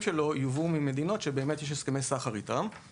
שלו יובאו ממדינות שיש איתן הסכמי סחר.